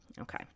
okay